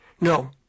No